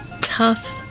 tough